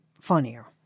funnier